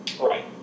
right